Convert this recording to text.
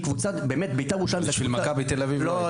מכבי תל-אביב לא?